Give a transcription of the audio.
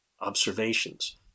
observations